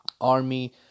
army